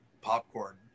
popcorn